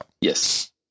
Yes